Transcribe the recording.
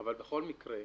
אבל בכל מקרה,